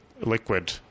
liquid